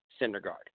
Syndergaard